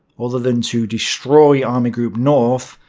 other than to destroy army group north,